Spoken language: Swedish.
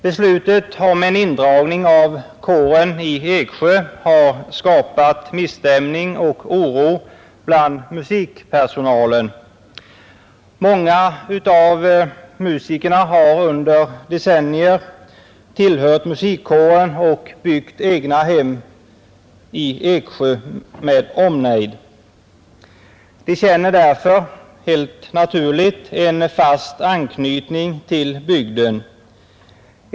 Beslutet om en indragning av kåren i Eksjö har skapat misstämning och oro bland musikpersonalen. Många av musikerna har under decennier tillhört musikkåren och byggt egna hem i Eksjö med omnejd. De känner därför, helt naturligt, en fast anknytning till bygden.